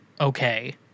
okay